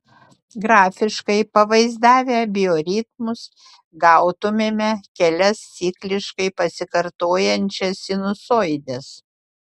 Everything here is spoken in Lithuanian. grafiškai pavaizdavę bioritmus gautumėme kelias cikliškai pasikartojančias sinusoides